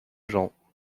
gens